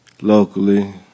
Locally